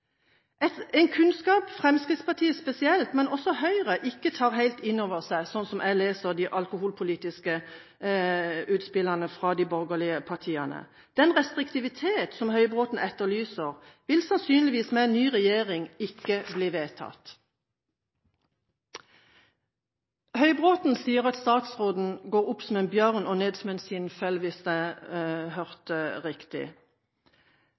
en kunnskap som Fremskrittspartiet spesielt, men heller ikke Høyre, tar helt innover seg, slik jeg leser de alkoholpolitiske utspillene fra de borgerlige partiene. Den restriktivitet som Høybråten etterlyser, vil sannsynligvis, med en ny regjering, ikke bli vedtatt. Høybråten sier at statsråden går opp som en løve og ned som en skinnfell – hvis jeg hørte riktig.